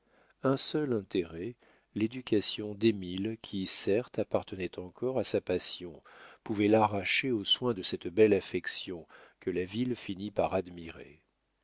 un seul intérêt l'éducation d'émile qui certes appartenait encore à sa passion pouvait l'arracher aux soins de cette belle affection que la ville finit par admirer